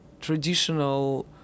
traditional